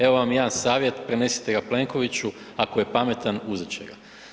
Evo vam i jedan savjet, prenesite ga Plenkoviću, ako je pametan, uzet će ga.